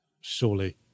Surely